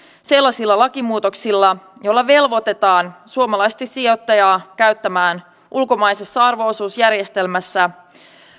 sellaisilla lakimuutoksilla joilla velvoitetaan suomalaista sijoittajaa käyttämään ulkomaisessa arvo osuusjärjestelmässä